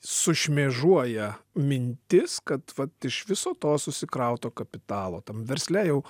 sušmėžuoja mintis kad vat iš viso to susikrauto kapitalo tam versle jau